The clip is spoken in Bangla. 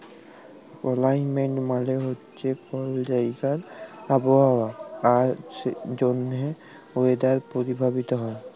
কেলাইমেট মালে হছে কল জাইগার আবহাওয়া যার জ্যনহে ওয়েদার পরভাবিত হ্যয়